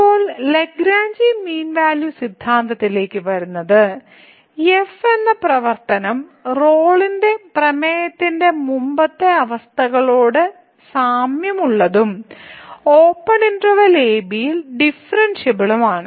ഇപ്പോൾ Lagrange mean value സിദ്ധാന്തത്തിലേക്ക് വരുന്നത് എഫ് എന്ന പ്രവർത്തനം റോളിന്റെ പ്രമേയത്തിന്റെ മുമ്പത്തെ അവസ്ഥകളോട് സാമ്യമുള്ളതും ഓപ്പൺ ഇന്റെർവെല്ലിൽ ab ഡിഫറെൻഷിയബിളുമാണ്